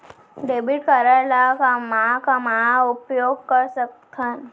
Debit card ला कामा कामा उपयोग कर सकथन?